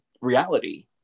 reality